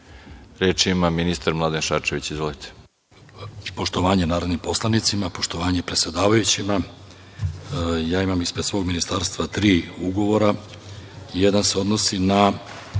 Reč ima ministar Šarčević. **Mladen Šarčević** Poštovanje narodnim poslanicima, poštovanje predsedavajućima, ja imam ispred svog ministarstva tri ugovora. Jedan se odnosi na